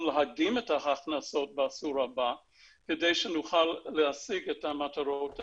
להקדים את ההכנסות בעשור הבא כדי שנוכל להשיג את המטרות האלה.